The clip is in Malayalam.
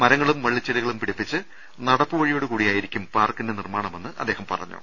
മരങ്ങളും വള്ളിച്ചെടികളും പിടിപ്പിച്ച് നടപ്പു വഴിയോടുകൂടിയായിരിക്കും പാർക്കിന്റെ നിർമ്മാണമെന്ന് അദ്ദേഹം പറഞ്ഞു